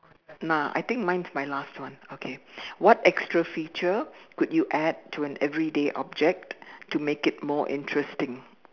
nah I think mine is my last one okay what extra feature could you add to an everyday object to make it more interesting